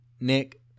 Nick